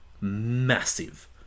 massive